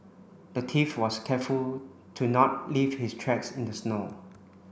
the thief was careful to not leave his tracks in the snow